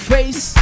Face